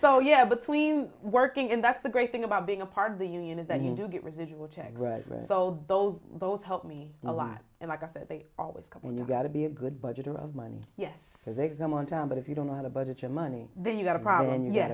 so yeah between working and that's the great thing about being a part of the union is that you do get residual check right so those both help me a lot and like i said they always come in you've got to be a good budgeter of money yes there's exam on time but if you don't know how to budget your money then you've got a problem and y